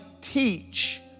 teach